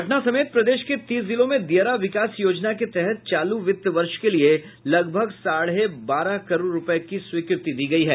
पटना समेत प्रदेश के तीस जिलों में दियारा विकास योजना के तहत चालू वित्त वर्ष के लिए लगभग साढ़े बारह करोड़ रूपये की स्वीकृति दी गयी है